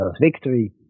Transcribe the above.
victory